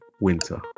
winter